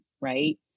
right